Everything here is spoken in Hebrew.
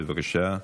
בבקשה,